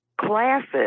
classes